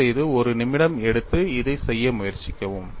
தயவுசெய்து ஒரு நிமிடம் எடுத்து இதைச் செய்ய முயற்சிக்கவும்